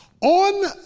On